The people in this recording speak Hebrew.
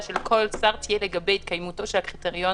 של כל שר תהיה לגבי התקיימותו של הקריטריון